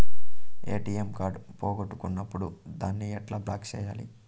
ATM card పోగొట్టుకున్నప్పుడు దాన్ని ఎట్లా బ్లాక్ సేయాలి